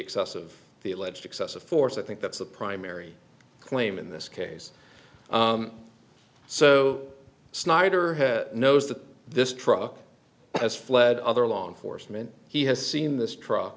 excessive the alleged excessive force i think that's the primary claim in this case so snyder knows that this truck has fled other law enforcement he has seen this truck